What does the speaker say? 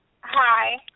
Hi